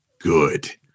good